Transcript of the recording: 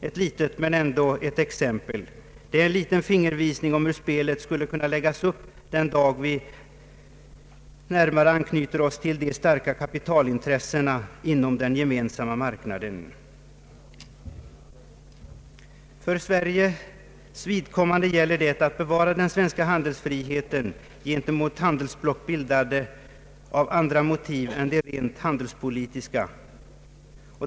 Det är litet men ändå ett exempel. Det är också en liten fingervisning om hur spelet skulle kunna läggas upp den dag vi närmare anknyter oss till de starka kapitalintressena inom den gemensamma marknaden. För Sveriges vidkommande gäller det att bevara den svenska handelsfriheten gentemot handelsblock bildade av andra motiv än de rent handelspolitiska.